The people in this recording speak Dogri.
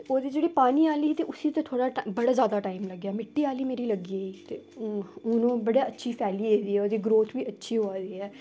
ते ओह्दी जेह्ड़ी पानी आह्ली ते उसी ते थोह्ड़ा बड़ा जादा टाइम लग्गेआ मिट्टी आह्ली मेरी लग्गी गेई ते हून ओह् बड़ी अच्छी फैली गेदी ऐ ओह्दी ग्रोथ बी अच्छी होआ दी ऐ